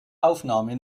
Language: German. aufnahme